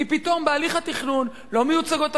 כי פתאום בהליך התכנון לא מיוצגות הרשויות,